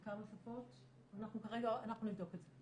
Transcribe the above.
אנחנו נבדוק את זה.